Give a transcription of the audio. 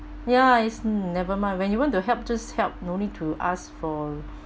ya is mm never mind when you want to help just help no need to ask for